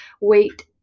wait